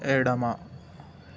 ఎడమ